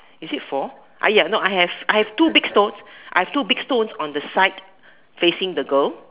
is it four uh ya no I have I have two big stones I have two big stones on the side facing the girl